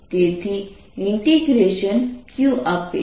તેથી integration q આપે છે